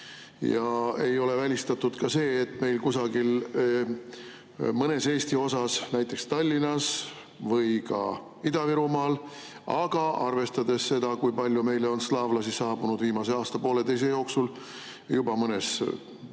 Ei ole välistatud ka see, et mõnes Eesti osas, näiteks Tallinnas või ka Ida-Virumaal või – arvestades seda, kui palju meile on slaavlasi saabunud viimase aasta-poolteise jooksul – juba mõnes